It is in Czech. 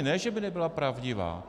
Ne že by nebyla pravdivá.